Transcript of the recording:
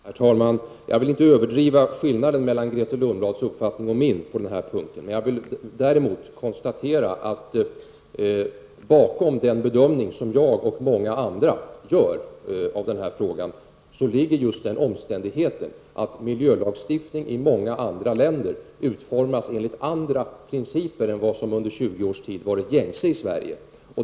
Herr talman! Jag vill inte överdriva skillnaden i Grethe Lundblads uppfattning och min på den här punkten. Däremot vill jag konstatera att bakom den bedömning som jag och många andra gör i denna fråga ligger just den omständigheten att miljölagstiftningen i många andra länder utformas enligt andra principer än vad som under 20 års tid varit gängse i Sverige.